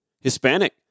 Hispanic